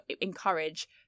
encourage